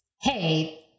hey